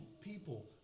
people